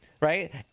right